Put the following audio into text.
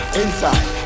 inside